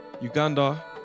Uganda